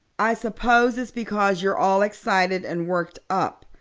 i suppose it's because you're all excited and worked up,